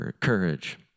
courage